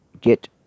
get